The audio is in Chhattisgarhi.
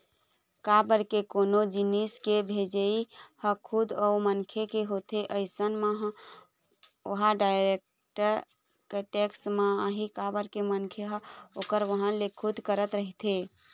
काबर के कोनो जिनिस के भेजई ह खुद ओ मनखे के होथे अइसन म ओहा डायरेक्ट टेक्स म आही काबर के मनखे ह ओखर वहन ल खुदे करत रहिथे